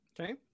Okay